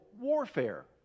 warfare